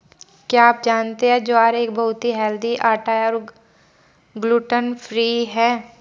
क्या आप जानते है ज्वार एक बहुत ही हेल्दी आटा है और ग्लूटन फ्री है?